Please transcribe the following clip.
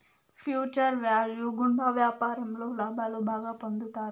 future value గుండా వ్యాపారంలో లాభాలు బాగా పొందుతారు